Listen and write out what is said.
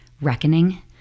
reckoning